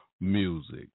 music